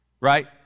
right